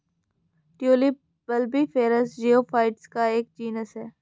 tulip bulbiferous geophytes का एक genus है